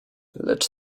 lecz